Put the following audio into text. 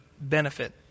benefit